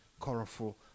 colorful